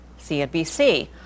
cnbc